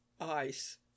ice